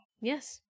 Yes